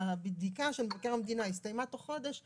הבדיקה של מבקר המדינה הסתיימה בתוך חודש,